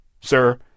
sir